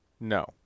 no